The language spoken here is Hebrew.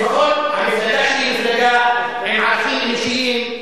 המפלגה שלי היא מפלגה עם ערכים אישיים,